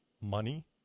money